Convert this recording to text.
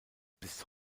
bis